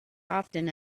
often